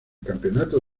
campeonato